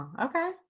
Okay